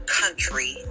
country